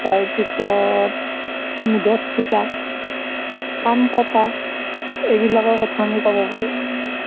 তাৰপিছত মূধচ ফুটা কাণ কটা এইবিলাকৰ কথা আমি ক'ব পাৰোঁ